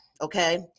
okay